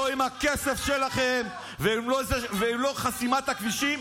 עם הכסף שלכם ולא עם חסימת הכבישים,